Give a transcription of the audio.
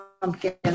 pumpkin